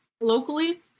locally